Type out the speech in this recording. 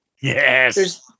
Yes